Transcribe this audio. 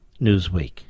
Newsweek